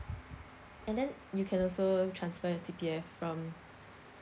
and then you can also transfer your C_P_F from